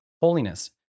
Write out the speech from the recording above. holiness